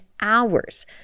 hours